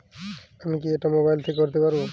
আমি কি এটা মোবাইল থেকে করতে পারবো?